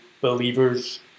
Believers